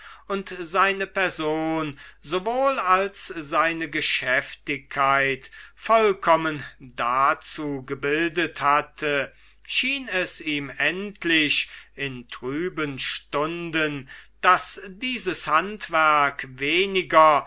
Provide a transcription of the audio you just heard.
und seine person sowohl als seine geschäftigkeit vollkommen dazu gebildet hatte schien es ihm endlich in trüben stunden daß dieses handwerk weniger